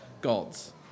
gods